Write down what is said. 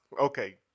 Okay